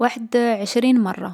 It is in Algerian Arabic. وحد عشرين مرة.